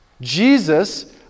jesus